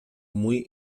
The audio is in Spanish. muy